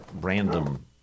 random